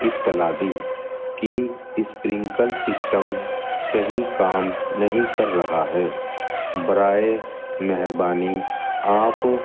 اطلاع دی کہ اسپرنکل سسٹم صحیح کام نہیں کر رہا ہے برائے مہربانی آپ